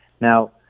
Now